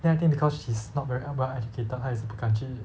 then I think because he's not very well educated 他也是不敢去